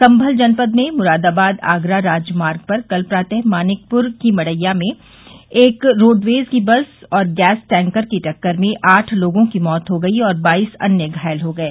संभल जनपद में मुरादाबाद आगरा राजमार्ग पर कल प्रातः मानिकपुर की मड़ैया के एक रोडवेज की बस और गैस टैंकर की टक्कर में आठ लोगों की मौत हो गई और बाईस अन्य घायल हो गये